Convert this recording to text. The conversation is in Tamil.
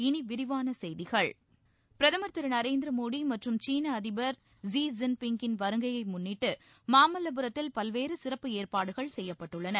இனி விரிவான செய்திகள் பிரதமர் திரு நரேந்திர மோடி மற்றும் சீன அதிபர் ஸீ ஜின்பிங்கின் வருகையை முன்னிட்டு மாமல்லபுரத்தில் பல்வேறு சிறப்பு ஏற்பாடுகள் செய்யப்பட்டுள்ளன